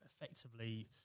effectively